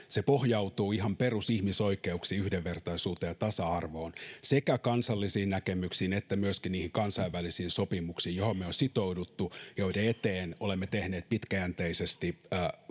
se pohjautuu ihan perusihmisoikeuksiin yhdenvertaisuuteen ja tasa arvoon sekä kansallisiin näkemyksiin että myöskin niihin kansainvälisiin sopimuksiin joihin me olemme sitoutuneet ja joiden eteen olemme tehneet pitkäjänteisesti